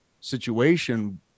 situation